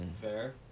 Fair